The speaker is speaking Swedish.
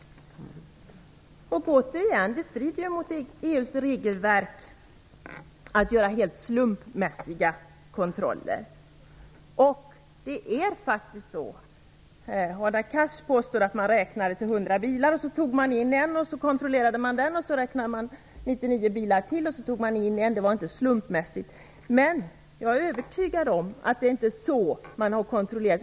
Jag vill återigen säga att det strider mot EU:s regelverk att göra helt slumpmässiga kontroller. Hadar Cars påstod att man räknade till hundra bilar och sedan tog in och kontrollerade en, och sedan räknade man 99 bilar till, och så tog man in en till. Det var inte slumpmässigt. Men jag är övertygad om att det inte är så man har kontrollerat.